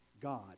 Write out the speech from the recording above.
god